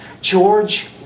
George